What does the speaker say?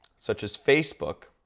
such as facebook,